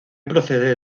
procede